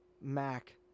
Mac